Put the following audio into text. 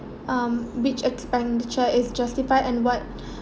um which expenditure is justified and what